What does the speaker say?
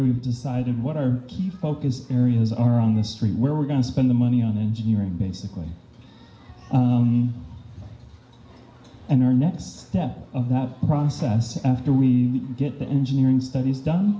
we've decided what our focus areas are on the street where we're going to spend the money on engineering basically and our next step of that process after we get the engineering studies done